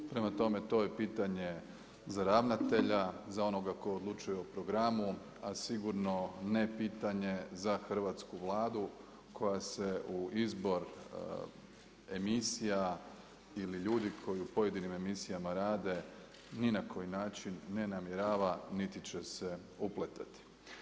Prema tome, to je pitanje za ravnatelja, za onoga tko odlučuje o programu, a sigurno ne pitanje za hrvatsku Vladu koja se u izbor emisija ili ljudi koji u pojedinim emisijama rade ni na koji način ne namjerava niti će se upletati.